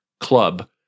Club